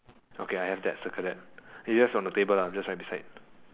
okay I have that circle that it just on the paper ah just right beside